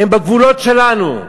הם בגבולות שלנו,